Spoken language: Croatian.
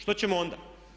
Što ćemo onda?